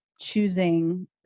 choosing